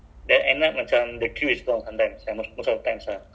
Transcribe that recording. couple or half is group and then one person